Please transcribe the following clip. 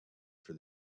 for